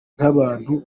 nk’abantu